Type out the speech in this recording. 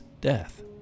death